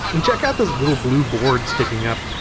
and check out this little blue board sticking up,